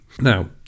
Now